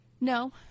No